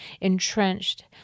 entrenched